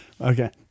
Okay